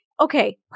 okay